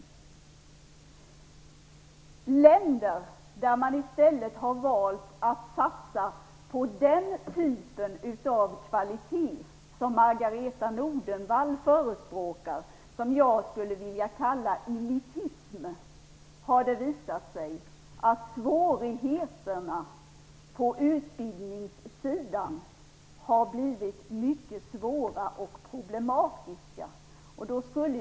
I länder där man i stället har valt att satsa på den typen av kvalitet som Margareta E Nordenvall förespråkar, vilket jag skulle vilja kalla elitism, har det visat sig bli stora svårigheter och problem på utbildningssidan.